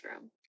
room